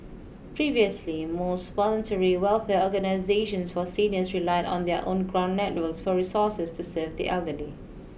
previously most voluntary welfare organisations for seniors relied on their own ground networks for resources to serve the elderly